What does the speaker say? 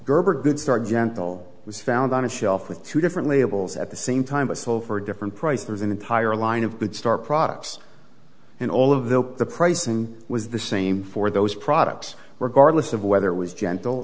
gerber good start gentle was found on a shelf with two different labels at the same time but still for different price there's an entire line of good store products and all of the the pricing was the same for those products were garlics of whether it was gentle